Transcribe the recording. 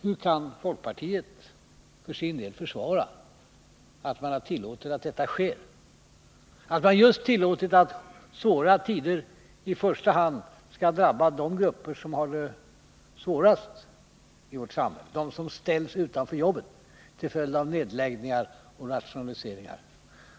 Hur kan folkpartiet för sin del försvara att man har tillåtit att detta sker, att just de grupper som har det svårast i vårt samhälle, de som ställs utanför jobben till följd av nedläggningar och rationaliseringar, skall drabbas i svåra tider?